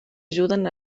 ajuden